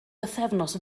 bythefnos